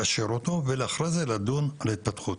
לאשר אותו ולאחר מכן לדון על ההתפתחות.